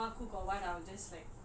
you know